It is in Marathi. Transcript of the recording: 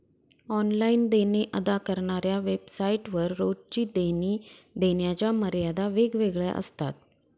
ऑनलाइन देणे अदा करणाऱ्या वेबसाइट वर रोजची देणी देण्याच्या मर्यादा वेगवेगळ्या असतात